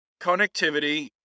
connectivity